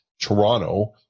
toronto